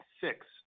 six